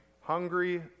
hungry